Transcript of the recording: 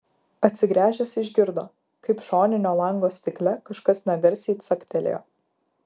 atsigręžęs išgirdo kaip šoninio lango stikle kažkas negarsiai caktelėjo